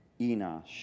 Enosh